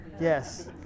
yes